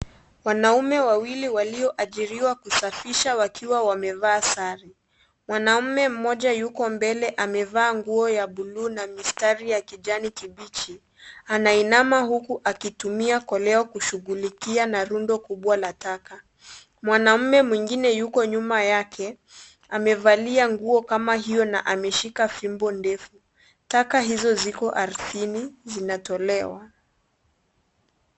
Wanaume wawili walioajiliwa kusafisha wakiwa wamevaa sare . Mwanaume mmoja yuko mbele amevaa nguo ya buluu na mistari ya kijani kibichi , anainama huku akitumia koleo na kushughulikia na rundo kubwa la taka . Mwanaume mwingine yuko nyuma yake amevalia nguo kama hiyo na ameshika fimbo ndefu . Taka hizo ziko ardhini zinatolewa.